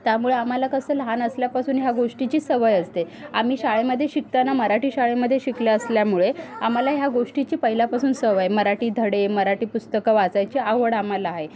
त्यामुळे आम्हाला कसं लहान असल्यापासून ह्या गोष्टीची सवय असते आम्ही शाळेमध्ये शिकताना मराठी शाळेमध्ये शिकले असल्यामुळे आम्हाला ह्या गोष्टीची पहिल्यापासून सवय मराठी धडे मराठी पुस्तकं वाचायची आवड आम्हाला आहे